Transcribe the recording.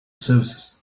services